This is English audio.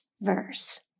verse